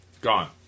Gone